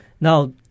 Now